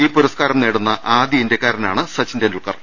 ഈ പുരസ്കാരം നേടുന്ന ആദ്യ ഇന്ത്യക്കാരാണ് സച്ചിൻ ടെൻണ്ടുൽക്കർ